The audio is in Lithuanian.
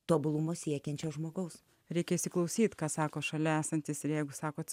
tobulumo siekiančio žmogaus reikia įsiklausyti ką sako šalia esantis jeigu sakote